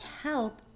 help